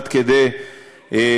עד כדי השחתה.